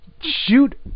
shoot